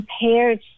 compared